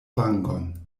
vangon